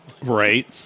Right